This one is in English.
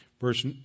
verse